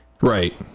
Right